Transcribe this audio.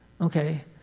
Okay